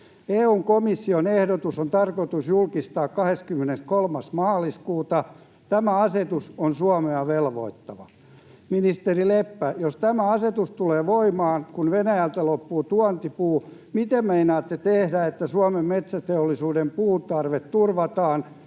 EU:n komission ehdotus on tarkoitus julkistaa 23. maaliskuuta. Tämä asetus on Suomea velvoittava. Ministeri Leppä, jos tämä asetus tulee voimaan, ja kun Venäjältä loppuu tuontipuu, niin miten meinaatte tehdä, jotta Suomen metsäteollisuuden puuntarve turvataan?